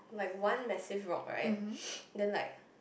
like one massive rock right then like